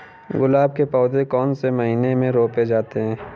गुलाब के पौधे कौन से महीने में रोपे जाते हैं?